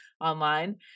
online